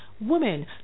women